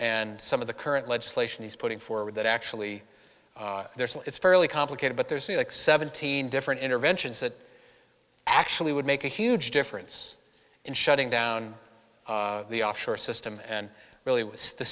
and some of the current legislation he's putting forward that actually there's a it's fairly complicated but there's six seventeen different interventions that actually would make a huge difference in shutting down the offshore system and really the